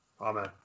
Amen